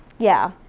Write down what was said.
yeah.